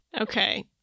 Okay